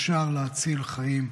אפשר להציל חיים.